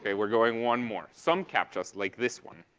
okay? we're going one more. some captchas, like this one,